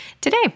today